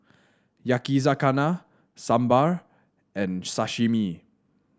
Yakizakana Sambar and Sashimi